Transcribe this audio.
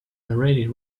already